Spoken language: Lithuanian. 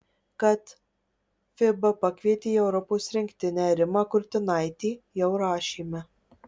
kad fiba pakvietė į europos rinktinę rimą kurtinaitį jau rašėme